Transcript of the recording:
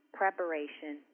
preparation